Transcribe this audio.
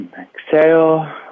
Exhale